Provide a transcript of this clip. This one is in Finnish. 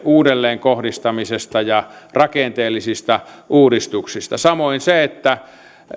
uudelleenkohdistamisesta ja rakenteellisista uudistuksista samoin se että